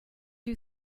you